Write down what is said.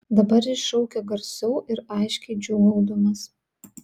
dabar jis šaukė garsiau ir aiškiai džiūgaudamas